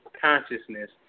consciousness